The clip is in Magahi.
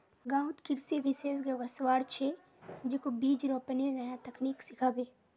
गांउत कृषि विशेषज्ञ वस्वार छ, जेको बीज रोपनेर नया तकनीक सिखाबे